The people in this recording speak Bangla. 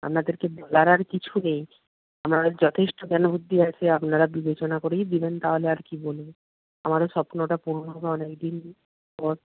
আপনাদেরকে বলার আর কিছু নেই আপনাদের যথেষ্ট জ্ঞান বুদ্ধি আছে আপনারা বিবেচনা করেই দেবেন তাহলে আর কী বলব আমারও স্বপ্নটা পূরণ হবে অনেকদিন পর